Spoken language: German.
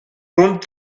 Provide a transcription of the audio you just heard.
rund